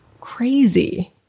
crazy